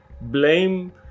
blame